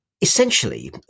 Essentially